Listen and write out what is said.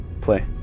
play